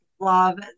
love